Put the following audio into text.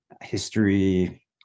history